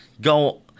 go